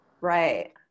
Right